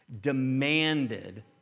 demanded